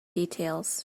details